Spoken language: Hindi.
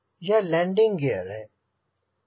यह लैंडिंग गियर